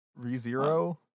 ReZero